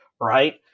right